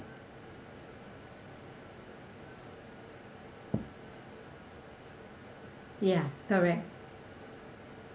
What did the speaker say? ya correct